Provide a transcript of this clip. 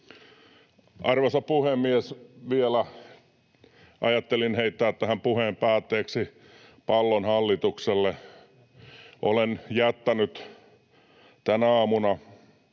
Arvoisa puhemies! Vielä ajattelin heittää tähän puheen päätteeksi pallon hallitukselle. Olen jättänyt tänä aamuna